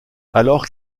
alors